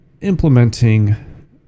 implementing